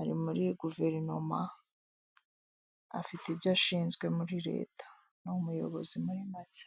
ari muri guverinoma afite ibyo ashinzwe muri Leta, n'umuyobozi muri make.